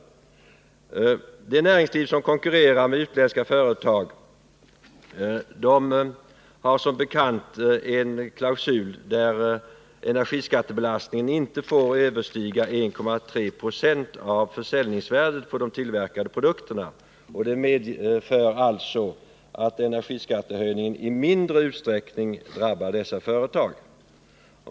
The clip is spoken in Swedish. För den del äv näringslivet som konkurrerar med utländska företag gäller som bekant en klausul, enligt vilken energiskattebelastningen inte får överstiga 1,3 26 av försäljningsvärdet på de tillverkade produkterna. Det medför att energiskattehöjningen i mindre utsträckning drabbar dessa företag.